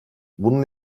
bunun